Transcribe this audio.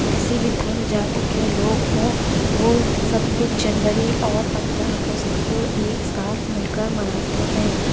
کسی بھی دھرم جاتی کے لوگ ہوں وہ چھبیس جنوری اور پندرہ اگست کو ایک ساتھ مل کر مناتے ہیں